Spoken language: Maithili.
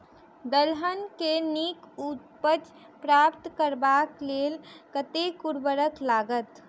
दलहन केँ नीक उपज प्राप्त करबाक लेल कतेक उर्वरक लागत?